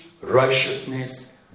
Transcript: righteousness